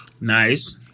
Nice